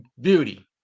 beauty